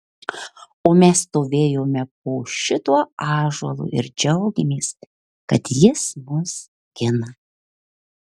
o mes stovėjome po šituo ąžuolu ir džiaugėmės kad jis mus gina